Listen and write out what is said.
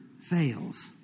fails